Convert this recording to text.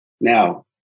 Now